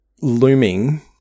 looming